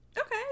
Okay